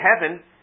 heaven